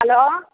hello